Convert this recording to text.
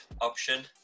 option